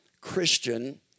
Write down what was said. Christian